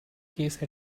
case